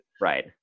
Right